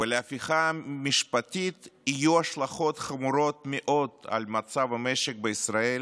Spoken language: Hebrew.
ולהפיכה המשפטית יהיו השלכות חמורות מאוד על מצב המשק בישראל,